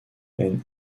and